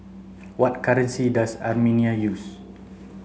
what currency does Armenia use